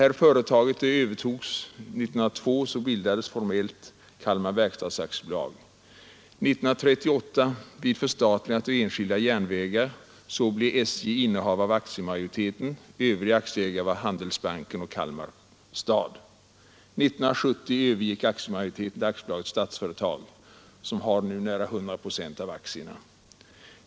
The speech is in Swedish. År 1902 bildades formellt Kalmar verkstads AB. Vid förstatligandet av de enskilda järnvägarna 1938 blev SJ innehavare av aktiemajoriteten. Övriga aktieägare var Handelsbanken och Kalmar stad. 1970 övergick aktiemajoriteten till AB Statsföretag, som nu har nära 100 procent av aktierna.